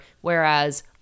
Whereas